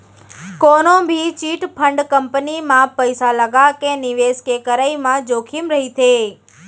कोनो भी chit fund company म पइसा लगाके निवेस के करई म जोखिम रहिथे